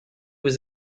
was